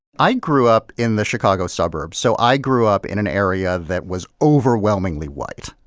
i grew up in the chicago suburbs, so i grew up in an area that was overwhelmingly white.